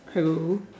hello